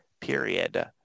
period